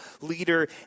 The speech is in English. leader